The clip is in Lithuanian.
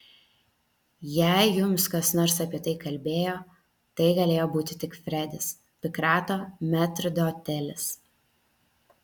jei jums kas nors apie tai kalbėjo tai galėjo būti tik fredis pikrato metrdotelis